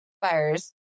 fires